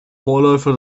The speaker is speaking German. vorläufer